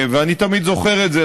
אני תמיד זוכר את זה.